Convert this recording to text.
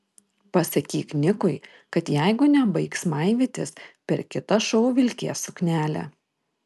pasakyk nikui kad jeigu nebaigs maivytis per kitą šou vilkės suknelę